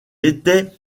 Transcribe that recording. était